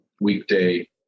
weekday